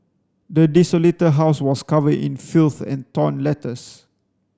the desolated house was covered in filth and torn letters